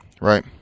right